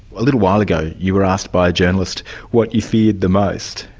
a little while ago you were asked by a journalist what you feared the most,